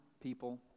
people